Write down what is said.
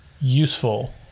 useful